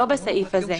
לא בסעיף הזה,